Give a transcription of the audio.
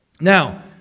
Now